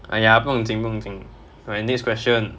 !aiya! 不用紧不用紧 okay next question